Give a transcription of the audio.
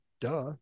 Duh